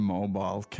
Mobile